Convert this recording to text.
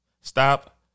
stop